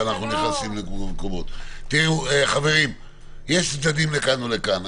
יש צדדים לכאן ולכאן.